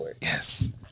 Yes